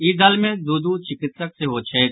ई दल मे दू दू चिकित्सक सेहो छथि